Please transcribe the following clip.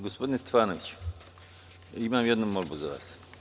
Gospodine Stefanoviću, imam jednu molbu za vas.